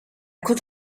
could